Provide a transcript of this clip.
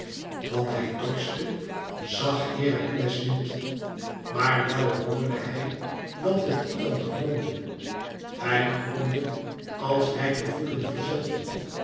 wàt hij torste zag herakles niet maar wel hoorde hij dat de titan gromde hij gromde als hij de voeten verzette